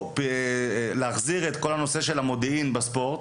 להחזיר את כל נושא המודיעין בספורט,